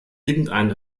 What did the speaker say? irgendeinen